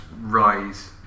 rise